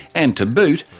and, to boot,